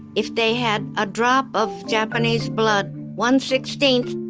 if they had a drop of japanese blood, one-sixteenth,